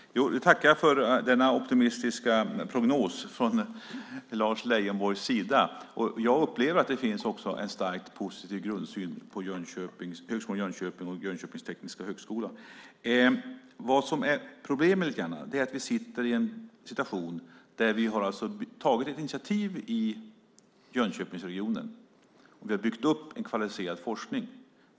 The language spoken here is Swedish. Fru talman! Jag tackar för denna optimistiska prognos från Lars Leijonborgs sida. Jag upplever att det finns en stark positiv grundsyn på Högskolan i Jönköping och Jönköpings tekniska högskola. Problemet är att vi har en situation där vi har tagit initiativ i Jönköpingsregionen och byggt upp en kvalificerad forskning.